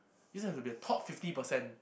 this has to be the top fifty percent